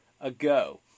ago